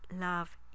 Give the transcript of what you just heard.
love